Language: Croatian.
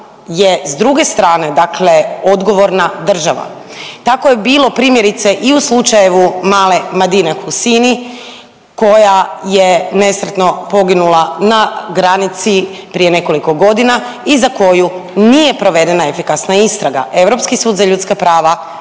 je s druge strane, dakle odgovorna država. Tako je bilo, primjerice, i u slučajevu male Madine Hussiny, koja je nesretno poginula na granici prije nekoliko godina i za koju nije provedena efikasna istraga. Europski sud za ljudska prava